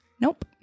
Nope